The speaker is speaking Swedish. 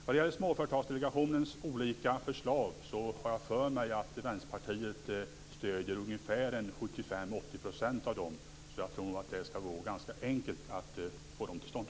Vad gäller Småföretagsdelegationens olika förslag har jag för mig att Vänsterpartiet stöder 75-80 % av dem. Jag tror att det skall gå ganska enkelt att få dem till stånd.